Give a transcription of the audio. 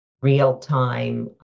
real-time